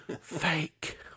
fake